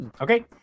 Okay